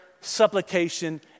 supplication